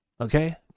Okay